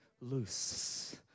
loose